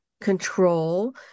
control